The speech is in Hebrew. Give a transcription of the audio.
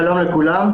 שלום לכולם.